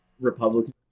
Republican